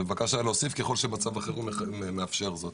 לכן באה הבקשה להוסיף "ככל שמצב החירום מאפשר זאת".